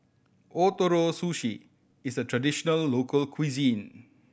Ootoro Sushi is a traditional local cuisine